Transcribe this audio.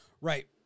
Right